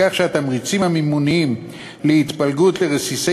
בכך שהתמריצים המימוניים להתפלגות לרסיסי